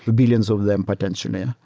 billions of them potentially.